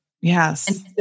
Yes